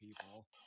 people